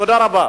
תודה רבה.